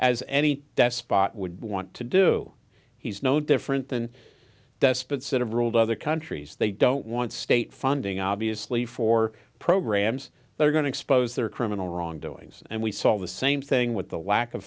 as any despot would want to do he's no different than despots that have ruled other countries they don't want state funding obviously for programs that are going to expose their criminal wrongdoings and we saw the same thing with the lack of